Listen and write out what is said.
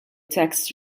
tax